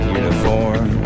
uniform